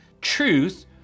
truth